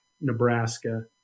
Nebraska